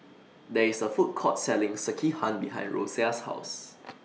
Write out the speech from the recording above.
There IS A Food Court Selling Sekihan behind Rosia's House